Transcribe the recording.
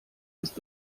ist